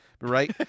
right